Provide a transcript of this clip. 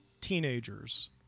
teenagers